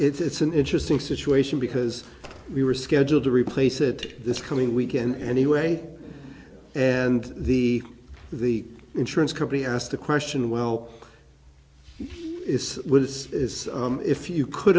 's an interesting situation because we were scheduled to replace it this coming weekend anyway and the the insurance company asked the question well it is this is if you could